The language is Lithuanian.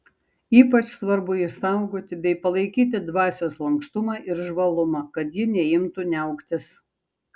ypač svarbu išsaugoti bei palaikyti dvasios lankstumą ir žvalumą kad ji neimtų niauktis